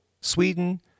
Sweden